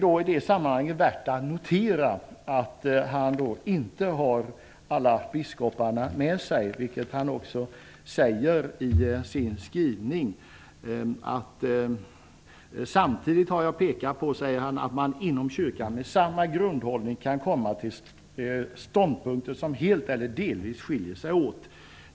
I det sammanhanget är det värt att notera att han inte har alla biskoparna med sig, vilket han också påtalar i sin skrivning. Ärkebiskopen säger att han samtidigt har pekat på att man inom kyrkan med samma grundhållning kan komma fram till ståndpunkter som helt eller delvis skiljer sig åt.